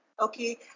okay